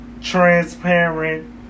transparent